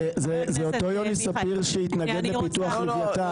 זה אותו יוני ספיר שהתנגד לפיתוח לווייתן.